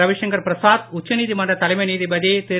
ரவிஷங்கர் பிரசாத் உச்ச நீதிமன்ற தலைமை நீதிபதி திரு